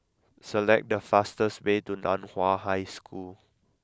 select the fastest way to Nan Hua High School